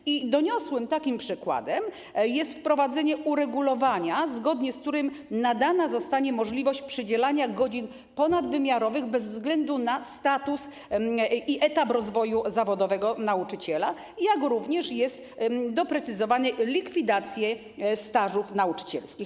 Takim doniosłym przykładem jest wprowadzenie uregulowania, zgodnie z którym nadana zostanie możliwość przydzielania godzin ponadwymiarowych bez względu na status i etap rozwoju zawodowego nauczyciela, jak również doprecyzowana jest likwidacja stażów nauczycielskich.